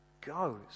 goes